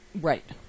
Right